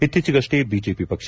ಇತ್ತೀಚಗಷ್ಷೇ BJP ಪಕ್ಷ